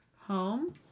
home